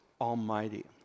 Almighty